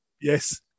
Yes